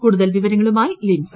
കൂടുതൽ വിവരങ്ങളുമായ ലിൻസ